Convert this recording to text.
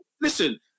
Listen